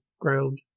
ground